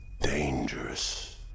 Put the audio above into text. dangerous